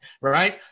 right